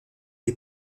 des